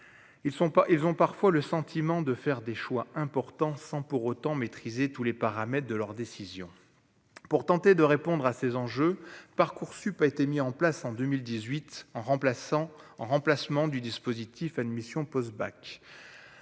ils ont parfois le sentiment de faire des choix importants sans pour autant maîtriser tous les paramètres de leur décision pour tenter de répondre à ces enjeux, Parcoursup a été mis en place en 2018 en remplaçant en remplacement du dispositif Admission post-bac